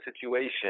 situation